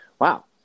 wow